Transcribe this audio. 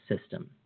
system